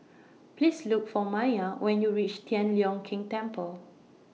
Please Look For Maia when YOU REACH Tian Leong Keng Temple